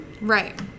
right